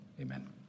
Amen